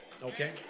Okay